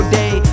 day